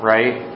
Right